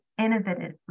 innovatively